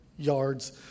Yards